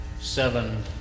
seven